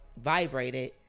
vibrated